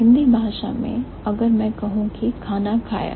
हिंदी भाषा में अगर मैं कहूं कि खाना खाया